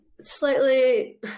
slightly